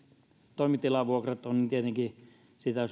toimitilavuokrat sitä